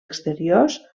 exteriors